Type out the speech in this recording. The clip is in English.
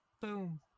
Boom